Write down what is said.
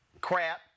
crap